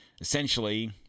essentially